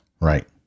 Right